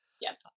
Yes